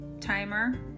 timer